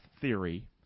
theory